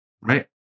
right